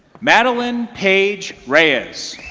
madeline paige reyes.